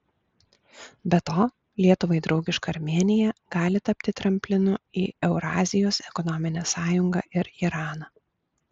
be to lietuvai draugiška armėnija gali tapti tramplinu į eurazijos ekonominę sąjungą ir iraną